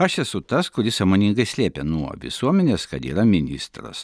aš esu tas kuris sąmoningai slėpė nuo visuomenės kad yra ministras